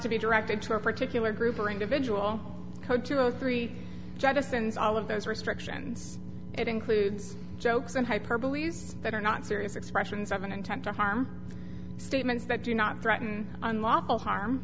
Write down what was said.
to be directed to a particular group or individual code two or three jettisons all of those restrictions it include jokes and hyperbole that are not serious expressions of an intent to harm statements that do not threaten unlawful harm